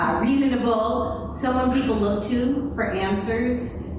reasonable, someone people look to for answers,